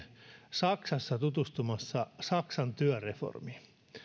saksassa tutustumassa saksan työreformiin